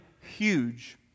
huge